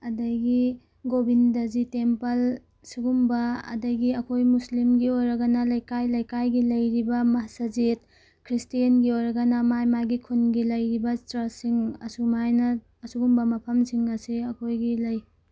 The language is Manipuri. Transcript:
ꯑꯗꯨꯗꯒꯤ ꯒꯣꯚꯤꯟꯗꯖꯤ ꯇꯦꯝꯄꯜ ꯁꯤꯒꯨꯝꯕ ꯑꯗꯨꯗꯒꯤ ꯑꯩꯈꯣꯏ ꯃꯨꯁꯂꯤꯝꯒꯤ ꯑꯣꯏꯔꯒꯅ ꯂꯩꯀꯥꯏ ꯂꯩꯀꯥꯏꯒꯤ ꯂꯩꯔꯤꯕ ꯃꯁꯖꯤꯠ ꯈ꯭ꯔꯤꯁꯇꯦꯟꯒꯤ ꯑꯣꯏꯔꯒꯅ ꯃꯥꯒꯤ ꯃꯥꯒꯤ ꯈꯨꯟꯒꯤ ꯂꯩꯔꯤꯕ ꯆꯔꯆꯁꯤꯡ ꯑꯁꯨꯃꯥꯏꯅ ꯑꯁꯤꯒꯨꯝꯕ ꯃꯐꯝꯁꯤꯡ ꯑꯁꯦ ꯑꯩꯈꯣꯏꯒꯤ ꯂꯩ